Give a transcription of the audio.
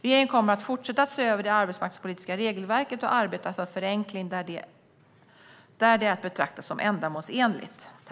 Regeringen kommer att fortsätta se över det arbetsmarknadspolitiska regelverket och arbeta för förenkling där det är att betrakta som ändamålsenligt.